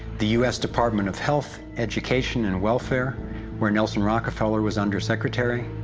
the u s. department of health, education and welfare where nelson rockefeller was under secretary,